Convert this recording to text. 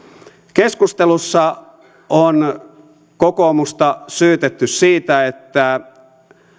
keskustelussa on kokoomusta syytetty siitä että pieni